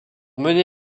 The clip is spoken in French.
mener